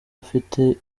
afite